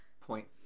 point